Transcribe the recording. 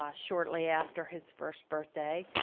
um shortly after his first birthday.